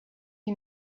you